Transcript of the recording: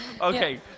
Okay